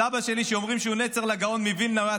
סבא שלי, שאומרים שהוא נצר לגאון מווילנה.